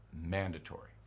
mandatory